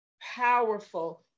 powerful